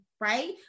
right